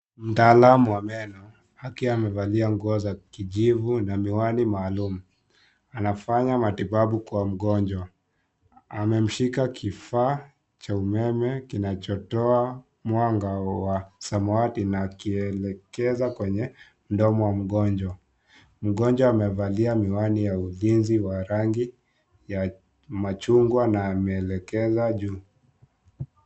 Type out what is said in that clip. Mtaalamu wa meno akiwa amevalia nguo za kijivu na miwani maalum . Anafanya matibabu kwa mgonjwa . Amemshika kifaa cha umeme kinachotoa mwanga wa samawati na akielekeza kwenye mdomo wa mgonjwa . Mgonjwa amevalia miwani ya ulinzi wa rangi ya machungwa na ameelekeza juu .